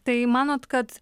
tai manot kad